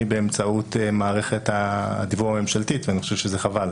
באמצעות מערכת הדיוור הממשלתית ואני חושב שזה חבל.